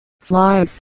flies